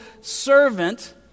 servant